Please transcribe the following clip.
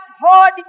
hold